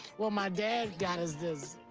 well, my dad got us this.